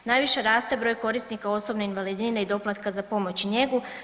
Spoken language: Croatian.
Najviše raste broj korisnika osobne invalidnine i doplatka za pomoć i njegu.